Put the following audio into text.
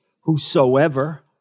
whosoever